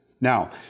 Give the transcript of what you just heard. Now